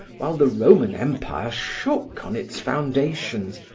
while the roman empire shook on its foundations,